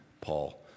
Paul